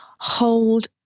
hold